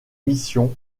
missions